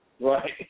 Right